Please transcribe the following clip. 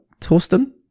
Torsten